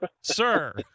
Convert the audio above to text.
sir